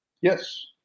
Yes